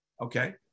Okay